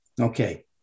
Okay